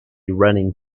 running